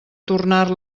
tornar